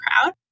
crowd